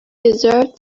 deserved